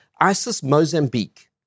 ISIS-Mozambique